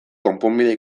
konponbidea